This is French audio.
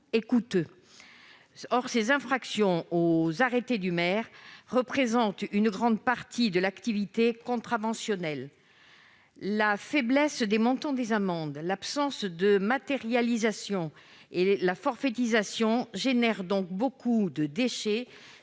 et coûteux, alors même qu'elles représentent une grande partie de l'activité contraventionnelle. La faiblesse du montant des amendes, l'absence de dématérialisation et de forfaitisation génèrent donc beaucoup de déchet,